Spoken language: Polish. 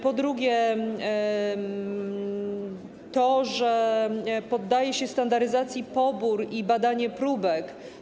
Po drugie, poddaje się standaryzacji pobór i badanie próbek.